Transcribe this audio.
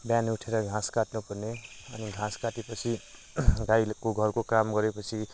बिहान उठेर घाँस काट्नु पर्ने अनि घाँस काटेपछि गाइको घरको काम गरे पछि